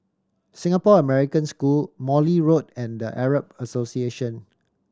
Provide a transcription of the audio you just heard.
Singapore American School Morley Road and The Arab Association